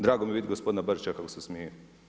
Drago mi je vidjeti gospodina Barišića kako se smije.